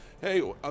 hey